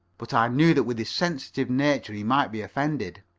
but i knew that with his sensitive nature he might be offended.